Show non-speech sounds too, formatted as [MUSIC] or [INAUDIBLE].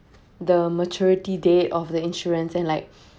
the maturity date of the insurance and like [BREATH]